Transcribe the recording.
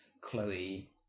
Chloe